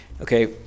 Okay